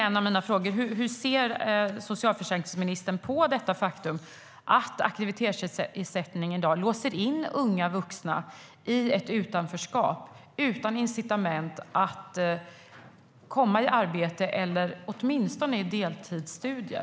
En av mina frågor är: Hur ser socialförsäkringsministern på det faktum att aktivitetsersättning i dag låser in unga vuxna i ett utanförskap utan incitament att komma i arbete eller åtminstone i deltidsstudier?